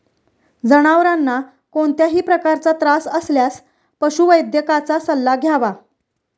जनावरांना कोणत्याही प्रकारचा त्रास असल्यास पशुवैद्यकाचा सल्ला घ्यावा